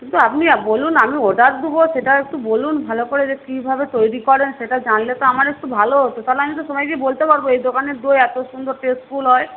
কিন্তু আপনি বলুন আমি অর্ডার দেব সেটার একটু বলুন ভালো করে যে কী ভাবে তৈরি করেন সেটা জানলে তো আমার একটু ভালো হতো তা হলে আমি তো সবাইকে বলতে পারব এই দোকানের দই এত সুন্দর টেস্টফুল হয়